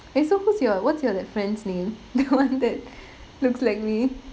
eh so who's your what's your that friend's name the [one] that looke like me